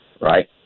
right